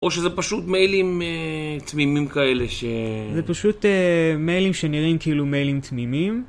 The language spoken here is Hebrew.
או שזה פשוט מיילים תמימים כאלה ש... זה פשוט מיילים שנראים כאילו מיילים תמימים.